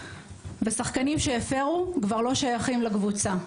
ושחקנים שהפרו כבר לא שייכים לקבוצה.